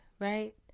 right